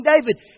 David